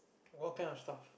what kind of stuff